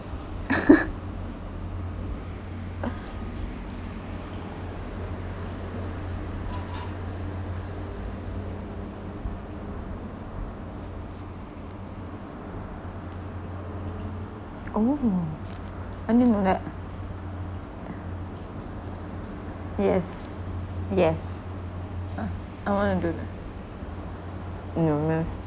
oh I didn't know that yes yes uh I want to do that no nes